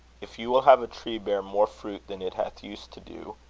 if you will have a tree bear more fruit than it hath used to do,